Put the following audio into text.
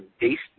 based